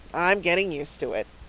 i'm getting used to it,